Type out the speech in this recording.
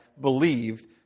believed